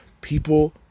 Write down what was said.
people